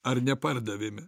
ar nepardavėme